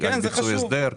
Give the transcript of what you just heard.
לפיצוי הסדר.